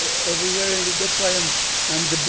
everywhere every, that's why i'm um the